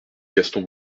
gaston